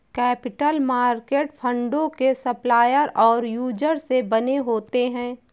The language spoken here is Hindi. कैपिटल मार्केट फंडों के सप्लायर और यूजर से बने होते हैं